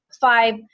five